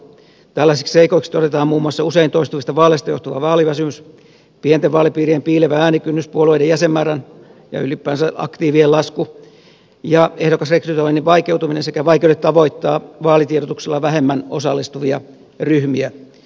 tällaisiksi seikoiksi todetaan muun muassa usein toistuvista vaaleista johtuva vaaliväsymys pienten vaalipiirien piilevä äänikynnys puolueiden jäsenmäärän ja ylipäänsä aktiivien lasku ja ehdokasrekrytoinnin vaikeutuminen sekä vaikeudet tavoittaa vaalitiedotuksella vähemmän osallistuvia ryhmiä